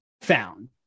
found